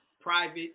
private